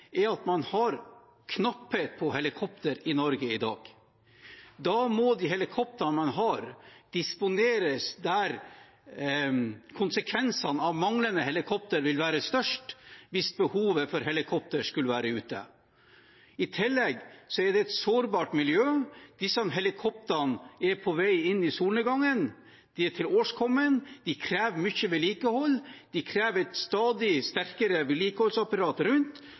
er at man har knapphet på helikoptre i Norge i dag. Da må de helikoptrene man har, disponeres der konsekvensene av manglende helikoptre vil være størst, hvis behovet for helikopter skulle være der. I tillegg er det et sårbart miljø. Disse helikoptrene er på vei inn i solnedgangen. De er tilårskomne, de krever mye vedlikehold, de krever et stadig sterkere